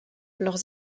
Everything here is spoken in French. leurs